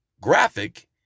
graphic